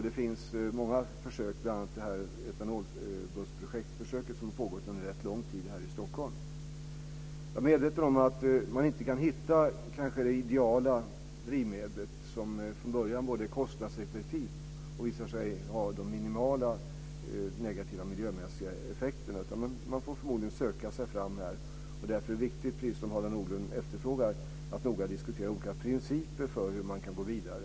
Det finns många försök, bl.a. det etanolbussprojekt som pågått under ganska lång tid här i Stockholm. Jag är medveten om att man inte kan hitta det ideala drivmedlet som från början är både kostnadseffektivt och visar sig ha minimala negativa miljömässiga effekter. Man får förmodligen söka sig fram. Därför är det viktigt, precis som Harald Nordlund efterfrågar, att noga diskutera olika principer för hur man kan gå vidare.